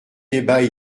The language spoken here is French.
débat